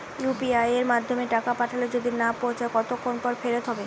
UPI য়ের মাধ্যমে টাকা পাঠালে যদি না পৌছায় কতক্ষন পর ফেরত হবে?